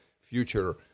future